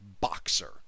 boxer